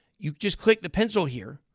you just click the pencil here,